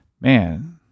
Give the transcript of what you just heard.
man